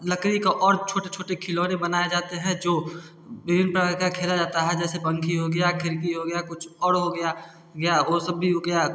लकड़ी के और छोटे छोटे खिलौने बनाए जाते हैं जो विभिन्न प्रकार का खेला जाता है जैसे पंखी हो गया खिड़की हो गया कुछ और हो गया या वो सब भी हो गया